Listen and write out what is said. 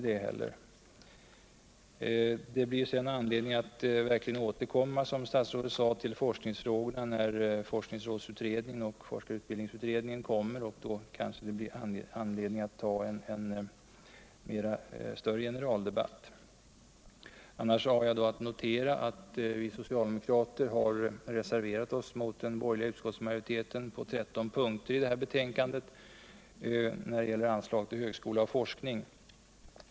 Det blir anledning att verkligen återkomma till forskningsfrågorna, som statsrådet sade. när forskningsrådsutredningen och forskarutbildningsutredningen lägger fram sina resultat. Då får vi tillfälle alt föra en mer omfattande diskussion om de frågorna. Jag har alt notera att vi socialdemokrater i utbildningsutskottet har reserverat oss mot den borgerliga utskottsmajoriteten på 13 punkter i betänkandet när det gäller anslag ull högskola och forskning.